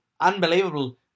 unbelievable